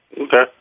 Okay